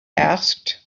asked